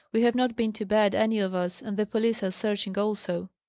we have not been to bed, any of us and the police are searching also.